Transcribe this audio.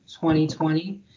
2020